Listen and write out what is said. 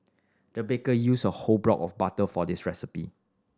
the baker used a whole block of butter for this recipe